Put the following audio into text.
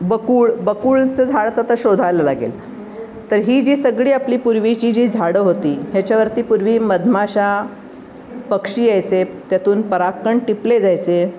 बकूळ बकूळचं झाड तर आता शोधायला लागेल तर ही जी सगळी आपली पूर्वीची जी झाडं होती ह्याच्यावरती पूर्वी मधमाशा पक्षी यायचे त्यातून परागकण टिपले जायचे